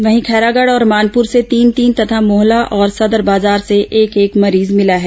वहीं खैरागढ़ और मानपूर से तीन तीन तथा मोहला और सदर बाजार से एक एक मरीज मिला है